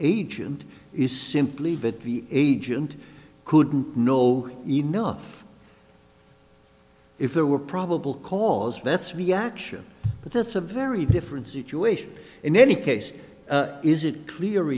the agent couldn't know enough if there were probable cause that's reaction but that's a very different situation in any case is it clear